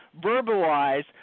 verbalize